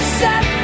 set